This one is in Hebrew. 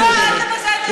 לא מתאימה לך.